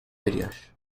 veriyor